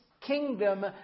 kingdom